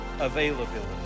availability